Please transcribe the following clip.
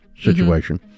situation